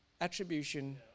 attribution